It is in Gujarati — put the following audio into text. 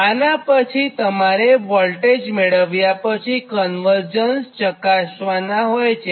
આનાં પછીતમારે વોલ્ટેજ મેળવ્યા પછી કન્વર્જન્સ ચકાસવાનાં હોય છે